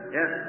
Yes